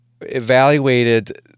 evaluated